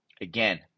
again